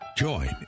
Join